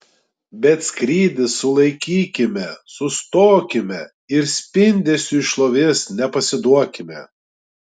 bet skrydį sulaikykime sustokime ir spindesiui šlovės nepasiduokime